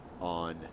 on